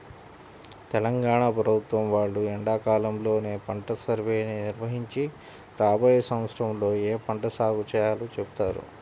తెలంగాణ ప్రభుత్వం వాళ్ళు ఎండాకాలంలోనే పంట సర్వేని నిర్వహించి రాబోయే సంవత్సరంలో ఏ పంట సాగు చేయాలో చెబుతారు